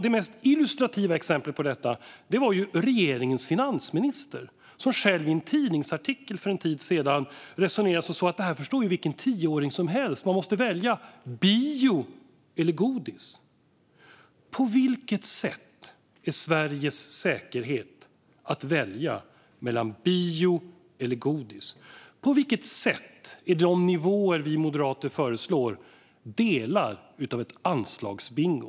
Det mest illustrativa exemplet på detta var när regeringens finansminister i en tidningsartikel för en tid sedan resonerade som så att det här förstår ju vilken tioåring som helst: Man måste välja, bio eller godis. På vilket sätt är Sveriges säkerhet att välja mellan bio och godis? På vilket sätt är de nivåer vi moderater föreslår delar av en anslagsbingo?